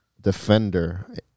defender